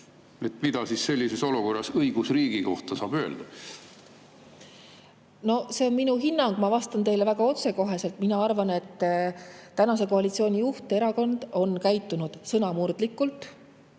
Mida sellises olukorras õigusriigi kohta saab öelda? See on minu hinnang, ma vastan teile väga otsekoheselt: mina arvan, et praeguse koalitsiooni juhterakond on ennekõike sõna murdnud,